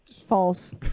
False